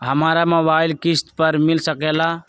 हमरा मोबाइल किस्त पर मिल सकेला?